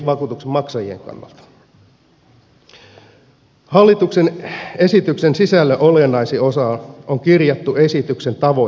hallituksen esityksen sisällön olennaisin osa on kirjattu esityksen tavoitteeseen